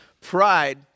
Pride